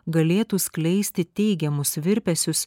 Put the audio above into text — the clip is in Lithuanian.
galėtų skleisti teigiamus virpesius